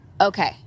Okay